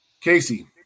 Casey